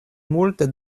multe